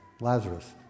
Lazarus